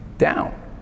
down